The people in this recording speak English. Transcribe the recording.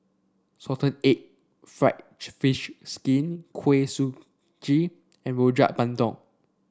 Salted Egg fried fish skin Kuih Suji and Rojak Bandung